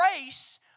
grace